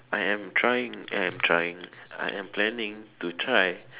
I am trying I am trying I am planning to try